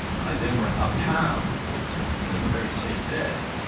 i then went uptown and, in the very same day,